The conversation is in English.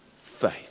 faith